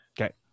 Okay